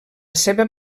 seva